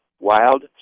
wild